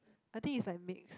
I think is like mix